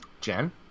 Jen